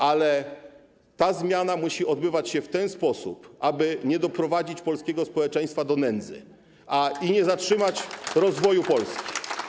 Ale ta zmiana musi odbywać się w ten sposób, aby nie doprowadzić polskiego społeczeństwa do nędzy i nie zatrzymać rozwoju Polski.